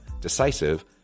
decisive